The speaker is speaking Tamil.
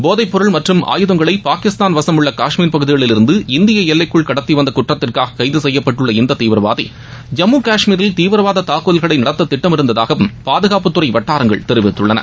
போதைப்பொருள் மற்றும் ஆயுதங்களை பாகிஸ்தான் வசம் உள்ள காஷ்மீர் பகுதிகளில் இருந்து இந்திய எல்லைக்குள் கடத்திவந்த குற்றத்திற்காக கைது செய்யப்பட்டுள்ள இந்த தீவிரவாதி ஜம்மு காஷ்மீரில் தீவிரவாத தாக்குதல்களை நடத்த திட்டமிட்டிருந்ததாகவும் பாதுகாப்புத்துறை வட்டாரங்கள் தெரிவித்துள்ளன